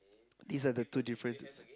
these are the two differences